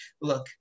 look